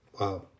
wow